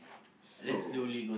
so